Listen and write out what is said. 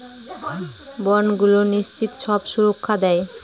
বন্ডগুলো নিশ্চিত সব সুরক্ষা দেয়